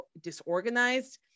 disorganized